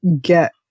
get